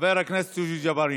חבר הכנסת יוסף ג'בארין.